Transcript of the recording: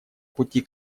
пути